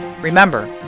Remember